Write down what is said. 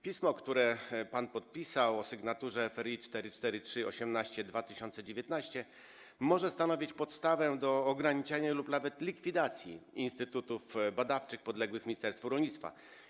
Pismo, które pan podpisał, o sygn. F.ri. 443.18.2019, może stanowić podstawę do ograniczenia lub nawet likwidacji instytutów badawczych podległych ministerstwu rolnictwa.